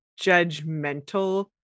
judgmental